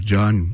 John